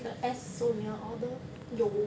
the S sonya or the